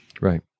Right